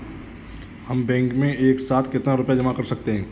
हम बैंक में एक साथ कितना रुपया जमा कर सकते हैं?